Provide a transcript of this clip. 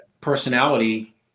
personality